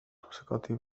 ثقتي